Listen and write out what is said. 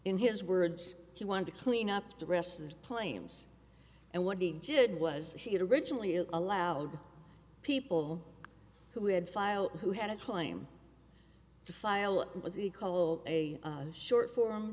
in his words he wanted to clean up the rest of the claims and what he did was he had originally it allowed people who had file who had a claim to file what he called a short for